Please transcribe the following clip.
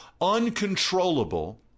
uncontrollable